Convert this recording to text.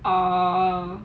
oh